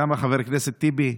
כמה, חבר הכנסת טיבי?